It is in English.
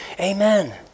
Amen